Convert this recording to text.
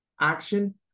action